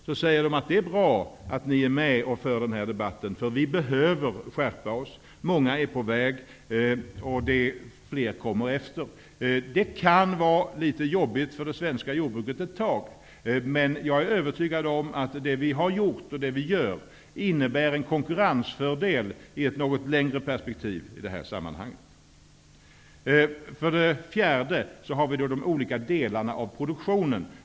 De säger: ''Det är bra att ni svenskar är med och för den här debatten, för vi behöver skärpa oss. Många är på väg, och fler kommer efter.'' Det kan vara litet jobbigt för det svenska jordbruket ett tag, men jag är övertygad om att det vi har gjort och gör innebär en konkurrensfördel i något längre perspektiv. För det fjärde handlar det om de olika delarna av produktionen.